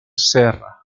serra